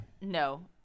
No